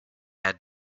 had